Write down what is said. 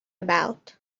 about